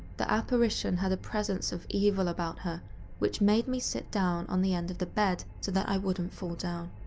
the apparition had a presence of evil about her which made me sit down on the end of the bed so that i wouldn't fall down.